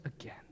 again